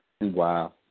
Wow